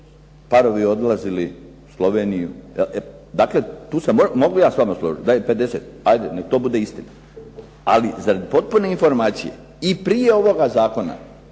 parovi odlazili u Sloveniju. Dakle, tu se mogu ja s vama složiti da je 50, hajde nek to bude istina. Ali za potpune informacije i prije ovoga zakona